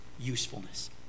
usefulness